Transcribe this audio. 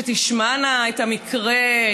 שתשמענה את המקרה,